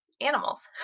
animals